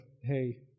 hey